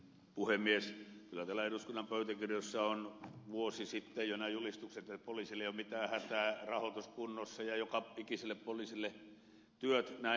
kyllä täällä eduskunnan pöytäkirjoissa on vuosi sitten jo nämä julistukset että poliisilla ei ole mitään hätää rahoitus kunnossa ja joka ikiselle poliisille työtä